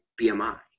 BMI